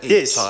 Yes